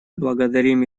благодарим